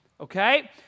okay